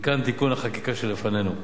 מכאן תיקון החקיקה שלפנינו.